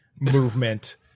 movement